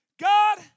God